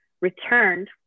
returned